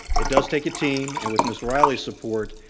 it does take a team, and with miss riley's support,